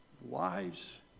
Wives